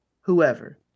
whoever